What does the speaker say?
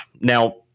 Now